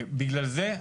בגלל זה,